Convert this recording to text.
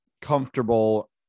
comfortable